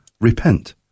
repent